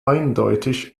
eindeutig